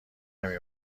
نمی